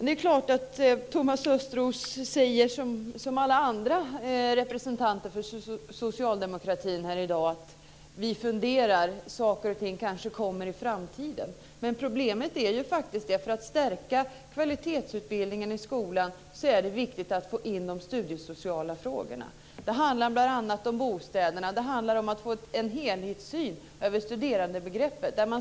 Det är klart att Thomas Östros säger precis som alla andra socialdemokrater har sagt här i dag: Vi funderar. Saker och ting kanske kommer i framtiden. Men för att stärka kvaliteten i skolan är det viktigt att man får in de studiesociala frågorna. Det handlar bl.a. om bostäder och om att ha en helhetssyn på studerandebegreppet.